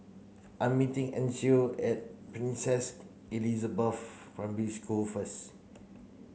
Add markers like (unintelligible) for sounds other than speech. I meeting Ancil at Princess Elizabeth (unintelligible) Primary School first